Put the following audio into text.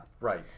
Right